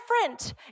different